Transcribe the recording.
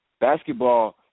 Basketball